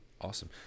Awesome